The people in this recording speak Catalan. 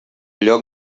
lloc